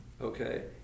okay